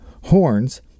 horns